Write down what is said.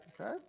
Okay